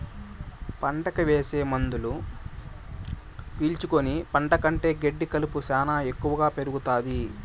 పంటకి ఏసే మందులు పీల్చుకుని పంట కంటే గెడ్డి కలుపు శ్యానా ఎక్కువగా పెరుగుతాది